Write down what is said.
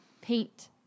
paint